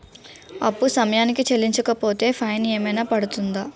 అప్పు సమయానికి చెల్లించకపోతే ఫైన్ ఏమైనా పడ్తుంద?